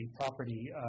property